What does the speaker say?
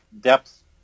depth